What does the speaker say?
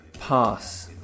Pass